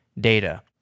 data